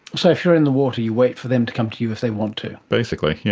so if you're in the water you wait for them to come to you if they want to. basically, yeah